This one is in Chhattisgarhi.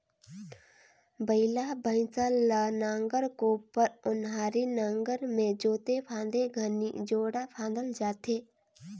बइला भइसा ल नांगर, कोपर, ओन्हारी नागर मे जोते फादे घनी जोड़ा फादल जाथे